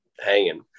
hanging